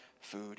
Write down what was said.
food